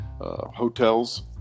hotels